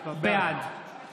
נגד מוסי